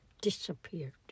disappeared